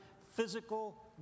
physical